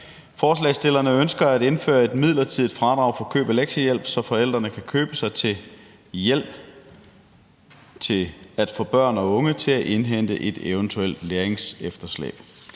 Forslagsstillerne ønsker at indføre et midlertidigt fradrag for køb af lektiehjælp, så forældrene kan købe sig til hjælp, så børn og unge kan få indhentet et eventuelt læringsefterslæb.